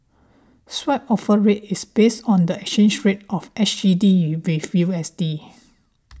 Swap Offer Rate is based on the exchange rate of S G D U with U S D